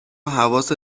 حواست